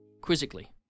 quizzically